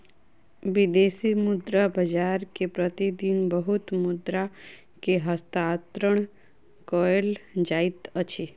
विदेशी मुद्रा बाजार मे प्रति दिन बहुत मुद्रा के हस्तांतरण कयल जाइत अछि